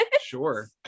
Sure